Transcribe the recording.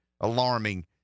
alarming